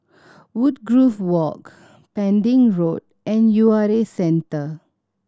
Woodgrove Walk Pending Road and U R A Centre